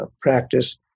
practice